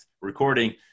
recording